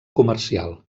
comercial